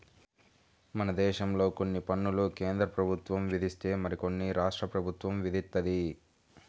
మనదేశంలో కొన్ని పన్నులు కేంద్రప్రభుత్వం విధిస్తే మరికొన్ని రాష్ట్ర ప్రభుత్వం విధిత్తది